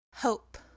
Hope